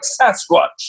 Sasquatch